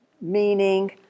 meaning